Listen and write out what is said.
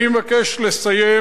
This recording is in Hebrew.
אני מבקש לסיים